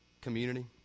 community